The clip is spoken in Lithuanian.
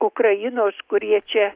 ukrainos kurie čia